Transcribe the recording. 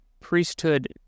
priesthood